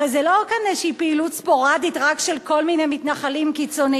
הרי כאן זה לא איזה פעילות ספוראדית רק של כל מיני מתנחלים קיצונים,